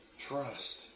Trust